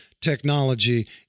Technology